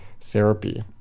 therapy